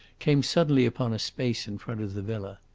came suddenly upon a space in front of the villa.